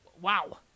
wow